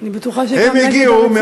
אני בטוחה שגם נגד הרציחות האחרות.